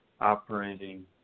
operating